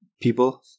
people